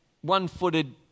one-footed